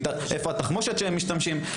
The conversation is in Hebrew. איפה התחמושת שהם משתמשים בו?